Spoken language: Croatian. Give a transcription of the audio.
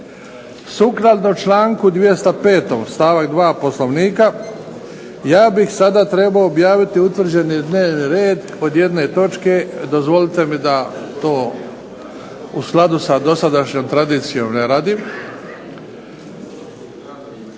Sukladno članku 205. stavak 2. Poslovnika Hrvatskog sabora ja bih sada trebao objaviti utvrđeni dnevni red od jedne točke. Dozvolite mi da to u skladu sa dosadašnjom tradicijom ne radim,